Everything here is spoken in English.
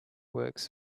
works